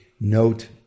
note